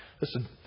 Listen